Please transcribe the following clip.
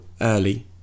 early